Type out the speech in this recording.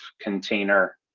container